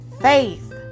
faith